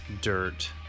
dirt